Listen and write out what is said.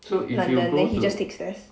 london then he just takes stairs